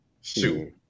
Shoot